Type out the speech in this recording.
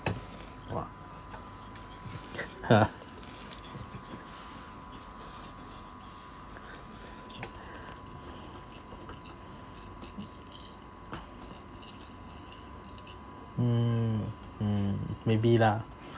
!wah! !huh! mm mm maybe lah